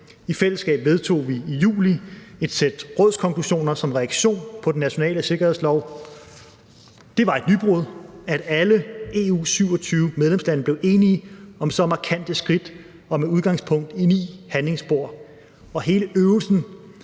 I fællesskab vedtog vi i juli et sæt rådskonklusioner som reaktion på den nationale sikkerhedslov. Det var et nybrud, at alle EU's 27 medlemslande blev enige om så markante skridt og med udgangspunkt i ni handlingsspor. Hele øvelsen